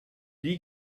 dit